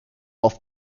auf